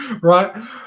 right